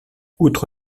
outre